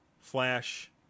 Flash